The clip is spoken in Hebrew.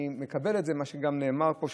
אני מקבל את מה שנאמר גם פה,